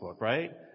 right